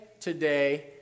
today